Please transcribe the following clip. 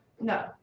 No